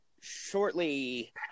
shortly